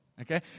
okay